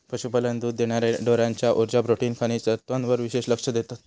पशुपालक दुध देणार्या ढोरांच्या उर्जा, प्रोटीन, खनिज तत्त्वांवर विशेष लक्ष देतत